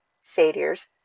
satyrs